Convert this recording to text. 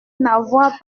n’avoir